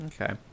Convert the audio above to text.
okay